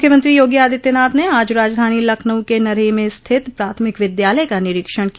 मुख्यमंत्री योगी आदित्यनाथ न आज राजधानी लखनऊ के नरही में स्थित प्राथमिक विद्यालय का निरीक्षण किया